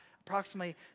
approximately